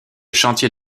chantier